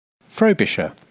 FROBISHER